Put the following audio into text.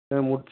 ମୁଡ଼